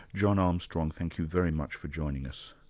john armstrong, thank you very much for joining us.